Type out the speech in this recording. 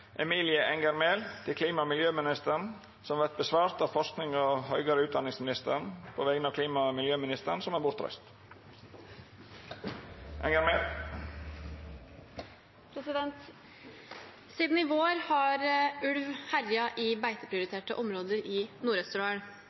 Emilie Enger Mehl til klima- og miljøministeren, vil verta svara på av forskings- og høgare utdanningsministeren på vegner av klima- og miljøministeren, som er bortreist. «Siden våren har ulv herjet i beiteprioriterte områder i